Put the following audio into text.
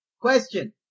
Question